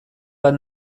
bat